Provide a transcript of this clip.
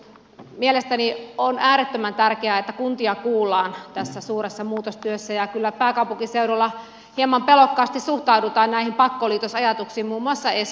mielestäni on äärettömän tärkeää että kuntia kuullaan tässä suuressa muutostyössä ja kyllä pääkaupunkiseudulla hieman pelokkaasti suhtaudutaan näihin pakkoliitosajatuksiin muun muassa espoossa